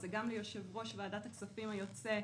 זה גם ליושב-ראש ועדת הכספים היוצא,